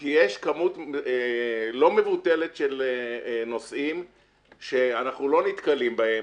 כי יש כמות לא מבוטלת של נוסעים שאנחנו לא נתקלים בהם,